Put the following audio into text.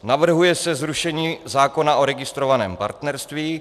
Navrhuje se zrušení zákona o registrovaném partnerství.